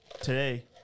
today